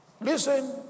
listen